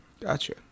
gotcha